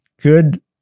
good